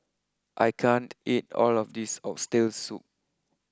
I can't eat all of this Oxtail Soup